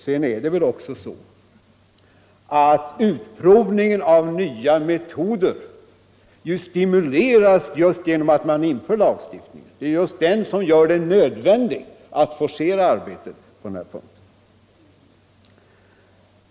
Sedan är det väl också så att utprovningen av nya metoder stimuleras just genom att man inför lagstiftning. Det är just den som motiverar en forcering av arbetet på den här punkten.